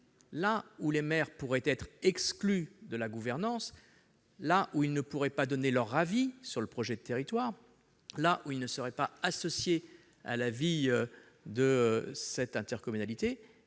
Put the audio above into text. là où les maires pourraient être exclus de la gouvernance, là où ils seraient empêchés de donner leur avis sur le projet de territoire, là où ils ne seraient pas associés à la vie de l'intercommunalité,